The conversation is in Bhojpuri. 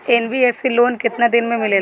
एन.बी.एफ.सी लोन केतना दिन मे मिलेला?